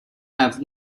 have